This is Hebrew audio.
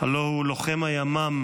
הלוא הוא לוחם הימ"מ,